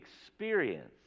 experience